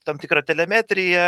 tam tikrą telemetriją